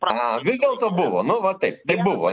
a vis dėlto buvo nu va taip buvo